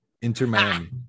Inter-Miami